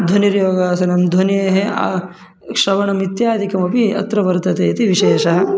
ध्वनिर्योगासनं ध्वनेः श्रवणम् इत्यादिकमपि अत्र वर्तते इति विशेषः